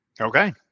Okay